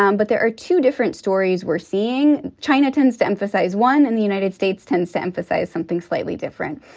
um but there are two different stories we're seeing. china tends to emphasize one in the united states, tends to emphasize something slightly different.